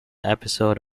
episode